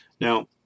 Now